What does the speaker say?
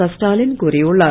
கஸ்டாலின் கூறியுள்ளார்